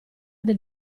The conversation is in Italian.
del